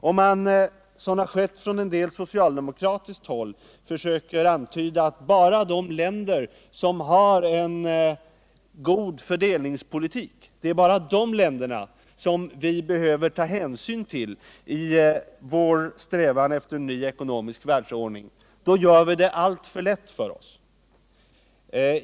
Om man, såsom har skett på visst socialdemokratiskt håll, försöker antyda att det bara är de länder som har en god fördelningspolitik som vi behöver ta hänsyn till i vår strävan efter en ny ekonomisk världsordning, gör vi det alltför lätt för oss.